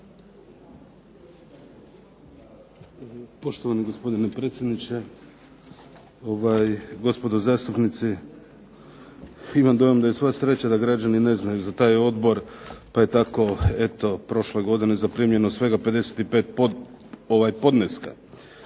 Poštovani gospodine predsjedniče, gospodo zastupnici. Imam dojam da je sva sreća da građani za taj odbor pa je tako eto prošle godine zaprimljeno svega 55 podneska.